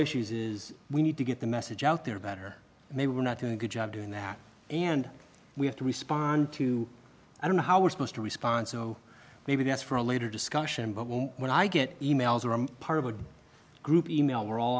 issues is we need to get the message out there better maybe we're not doing a good job doing that and we have to respond to i don't know how we're supposed to respond so maybe that's for a later discussion but won't when i get emails or i'm part of a group email we're all